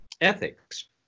ethics